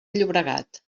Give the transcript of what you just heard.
llobregat